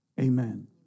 Amen